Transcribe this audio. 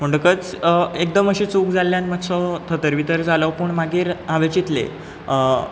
म्हणटकच एकदम अशें चूक जाल्ल्यान मातसो थरवितर जालो पूण मागीर हांवें चिंतलें